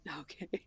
Okay